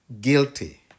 guilty